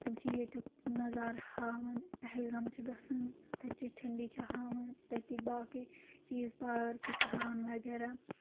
تِم چھِ ییتیُک نظارٕ ہاوان پہلگام چھِ گژھان تَتہِ چھِ ٹھنٛڈی چھِ ہاوان تَتِکۍ باقٕے چیٖز پارکہٕ چھِ ہاوان وغیرہ